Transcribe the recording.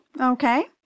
Okay